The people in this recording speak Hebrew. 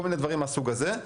כל מיני דברים מן הסוג הזה.